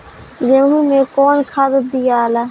गेहूं मे कौन खाद दियाला?